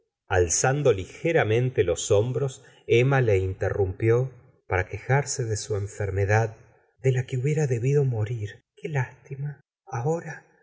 alzando ligeramente los hombros emma le interrumpió para quejarse de su enfermedad de la que hubiera debido morir qué lástima ahora